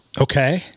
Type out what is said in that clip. okay